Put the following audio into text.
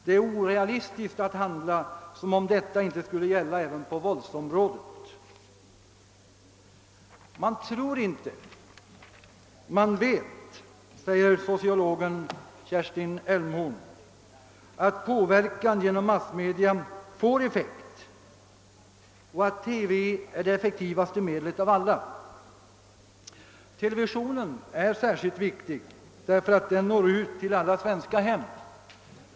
Det är orealistiskt att handla som om detta inte skulle gälla även på våldsområdet. Man tror inte, man vet, säger sociologen Kerstin Elmhorn, att påverkan genom massmedia får. effekt och att TV är det effektivaste medlet av alla. Televisionen är särskilt viktig därför att den når ut till alla svenska hem.